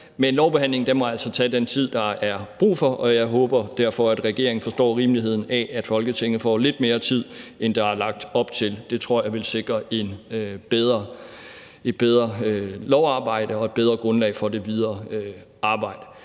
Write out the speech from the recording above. men lovbehandlingen må altså tage den tid, som der er brug for, og jeg håber derfor, at regeringen forstår rimeligheden i, at Folketinget får lidt mere tid, end der er lagt op til. Det tror jeg vil sikre bedre lovarbejde og et bedre grundlag for det videre arbejde.